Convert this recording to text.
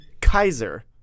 Kaiser